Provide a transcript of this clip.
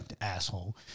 Asshole